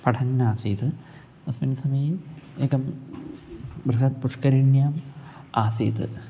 पठन्नासीत् तस्मिन् समये एकं बृहत् पुष्करिण्याम् आसीत्